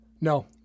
No